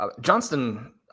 Johnston